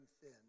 thin